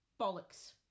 bollocks